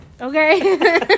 okay